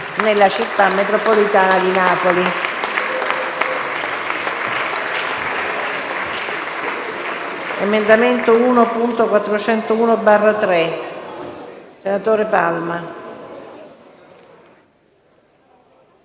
nella Città metropolitana di Napoli.